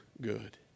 good